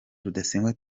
rudasingwa